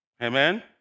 Amen